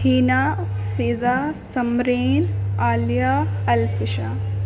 Hina Fiza Samreen Aliya Alfisha